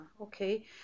Okay